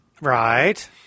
Right